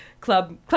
Club